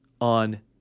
on